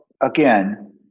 again